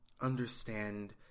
understand